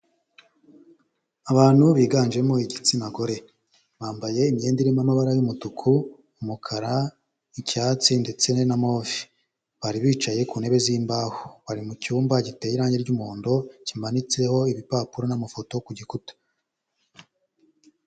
Abantu biganjemo igitsina gore, bambaye imyenda irimo amabara y'umutuku, umukara, icyatsi ndetse na move, bari bicaye ku ntebe z'imbaho bari mu cyumba giteye irangi ry'umuhondo kimanitseho ibipapuro n'amafoto ku gikuta.